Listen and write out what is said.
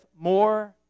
more